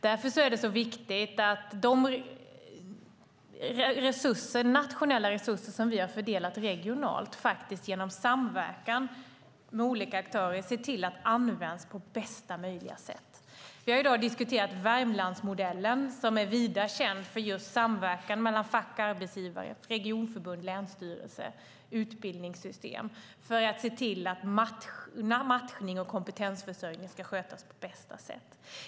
Därför är det så viktigt med de nationella resurser som vi har fördelat regionalt genom samverkan med olika aktörer och att vi ser till att de används på bästa möjliga sätt. Vi har i dag diskuterat Värmlandsmodellen, som är vida känd för samverkan mellan fack och arbetsgivare, regionförbund, länsstyrelse och utbildningssystem för att se till att matchning och kompetensförsörjning ska skötas på bästa sätt.